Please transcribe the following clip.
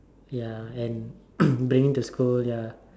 ya and bringing to school ya